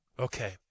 Okay